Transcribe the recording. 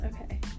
Okay